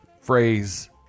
phrase